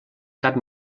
cap